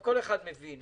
כל אחד מבין